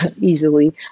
easily